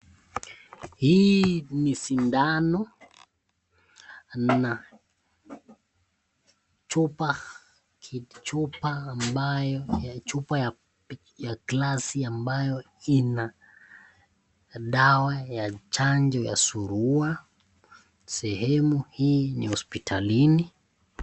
Hii ni sindano, na chupa ambayo , chupa ya glasi ambayo ina dawa ya chanjo ya surua, sehemu hii ni hospitalini.